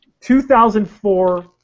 2004